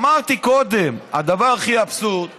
אמרתי קודם, הדבר הכי אבסורד הוא